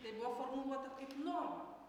tai buvo formuluota kaip norma